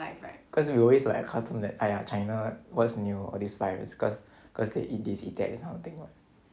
cause we always like accustomed that !aiya! china what's new all these virus cause cause they eat it eat that this kind of thing what